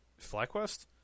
FlyQuest